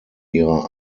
ihrer